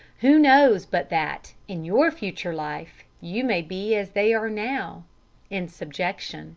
who knows but that, in your future life, you may be as they are now in subjection?